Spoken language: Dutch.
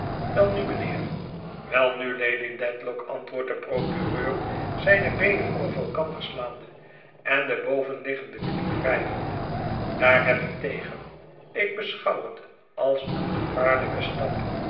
welnu mijnheer welnu lady dedlock antwoordt de procureur zijne beenen over elkander slaande en de boven liggende knie wrijvende daar heb ik tegen ik beschouw het als een gevaarlijke stap